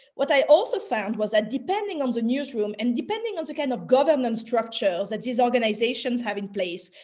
what i also found was that ah depending on the newsroom and depending on the kind of governance structures that these organizations have in place,